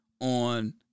on